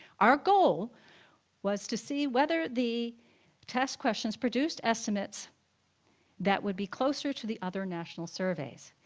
our goal was to see whether the test questions produced estimates that would be closer to the other national surveys,